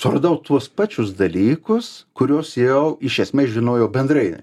suradau tuos pačius dalykus kuriuos jau iš esmės žinojau bendrai